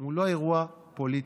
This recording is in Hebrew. הוא לא אירוע פוליטי,